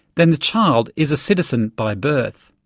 then the child is a citizen by birth.